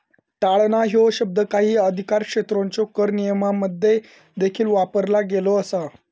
टाळणा ह्यो शब्द काही अधिकारक्षेत्रांच्यो कर नियमांमध्ये देखील वापरलो गेलो असा